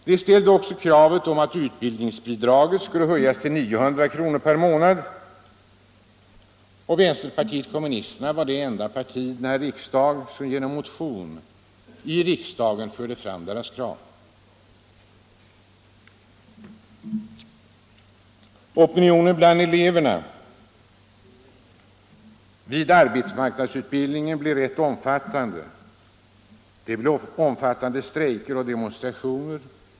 De ställde också kravet på att utbildningsbidraget skulle höjas till 900 kr. per månad. Vänsterpartiet kommunisterna var det enda parti som i motion till riksdagen framförde deras krav. Opinionen bland eleverna i arbetsmarknadsutbildningen blev rätt omfattande och tog sig uttryck i bl.a. strejker och demonstrationer.